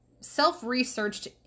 self-researched